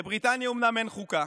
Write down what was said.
לבריטניה אומנם אין חוקה,